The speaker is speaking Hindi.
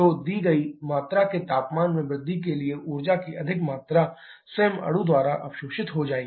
तो दी गई मात्रा के तापमान में वृद्धि के लिए ऊर्जा की अधिक मात्रा स्वयं अणु द्वारा अवशोषित हो जाएगी